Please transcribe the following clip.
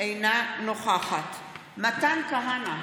בעד מתן כהנא,